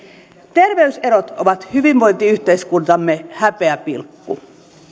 terveyserot ovat hyvinvointiyhteiskuntamme häpeäpilkku